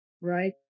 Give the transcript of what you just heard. right